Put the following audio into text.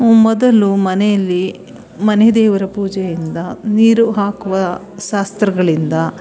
ಮೊದಲು ಮನೆಯಲ್ಲಿ ಮನೆ ದೇವರ ಪೂಜೆಯಿಂದ ನೀರು ಹಾಕುವ ಶಾಸ್ತ್ರಗಳಿಂದ